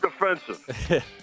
defensive